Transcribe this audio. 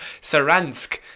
Saransk